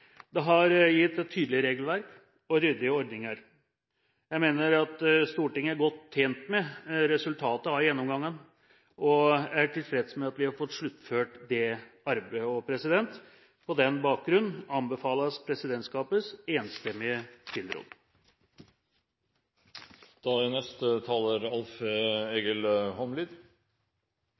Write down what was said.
Det har gitt tydelig regelverk og ryddige ordninger. Jeg mener at Stortinget er godt tjent med resultatet av gjennomgangen, og er tilfreds med at vi har fått sluttført dette arbeidet. På den bakgrunnen anbefales presidentskapets enstemmige